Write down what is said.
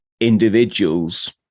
individuals